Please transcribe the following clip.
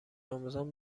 آموزان